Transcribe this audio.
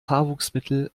haarwuchsmittel